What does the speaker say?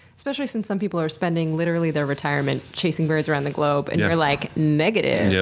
especially since some people are spending literally their retirement chasing birds around the globe and you're like, negative. yeah